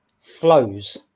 flows